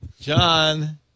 john